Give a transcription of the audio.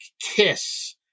Kiss